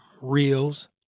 reels